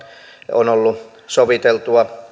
on ollut soviteltua